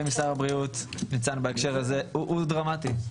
משר הבריאות ניצן בהקשר הזה הוא דרמטי,